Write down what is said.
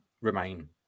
remain